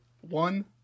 one